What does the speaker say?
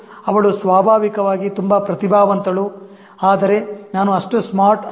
ಅವಳು ಸ್ವಾಭಾವಿಕವಾಗಿ ತುಂಬಾ ಪ್ರತಿಭಾವಂತಳು ಆದರೆ ನಾನು ಅಷ್ಟು ಸ್ಮಾರ್ಟ್ ಅಲ್ಲ